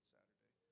Saturday